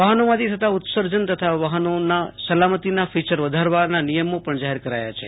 વાહનોમાંથી થતાં ઉત્સર્જન તથા વાહનોમાં સલામતીના ફીચર વધારવા નિયમો પણ જાહેર કરા યા છે